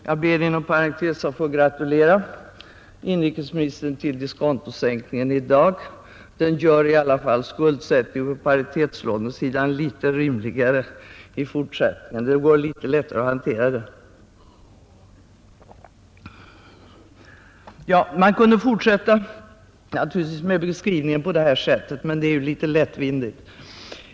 Jag ber inom parentes att få gratulera inrikesministern till diskontosänkningen i dag; den gör i alla fall skuldsättningen för paritetslånen litet rimligare i fortsättningen — det går litet lättare att hantera den. Man kunde naturligtvis fortsätta med denna beskrivning, men det är ju litet lättvindigt.